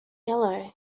yellow